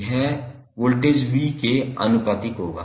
यह voltage v के सीधे आनुपातिक होगा